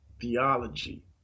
theology